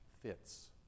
fits